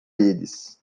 eles